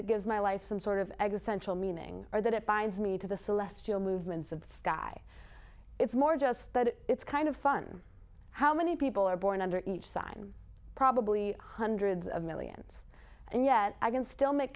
it gives my life some sort of existential meaning or that it finds me to the celestial movements of sky it's more just but it's kind of fun how many people are born under each sign probably hundreds of millions and yet i can still make